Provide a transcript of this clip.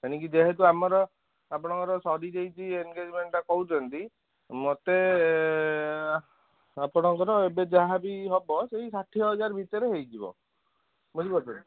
ଏଣିକି କି ଯେହେତୁ ଆମର ଆପଣଙ୍କର ସରିଯାଇଛି ଏନ୍ଗେଜମେଣ୍ଟଟା କହୁଛନ୍ତି ମୋତେ ଆପଣଙ୍କର ଏବେ ଯାହାବି ହେବ ସେଇ ଷାଠିଏ ହଜାର ଭିତରେ ହେଇଯିବ ବୁଝିପାରୁଛନ୍ତି